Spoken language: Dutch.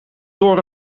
door